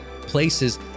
places